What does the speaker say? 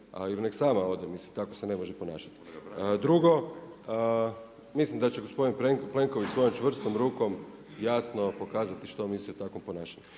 nek sama ode. Mislim tako se ne može ponašati. Drugo, mislim da će gospodin Plenković svojom čvrstom rukom jasno pokazati što misli o takvom ponašanju.